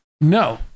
No